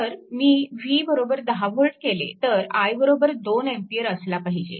जर मी v 10 V केले तर i 2 A असला पाहिजे